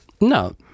No